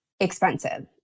Expensive